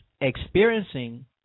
experiencing